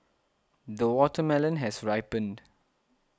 the watermelon has ripened